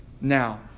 Now